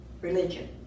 religion